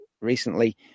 recently